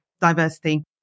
diversity